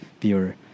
viewer